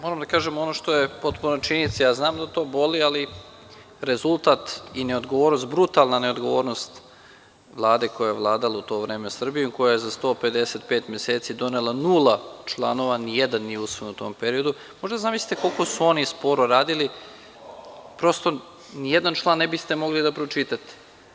Moram da kažem ono što je potpuna činjenica, znam da to boli, ali rezultat i brutalna neodgovornost Vlade koja je vladala u to vreme Srbijom i koja je za 155 meseci donela nula članova, ni jedan nije usvojen u tom periodu, možete da zamislite koliko su oni sporo radili, prosto ni jedan član ne biste mogli da pročitate.